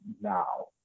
now